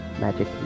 magic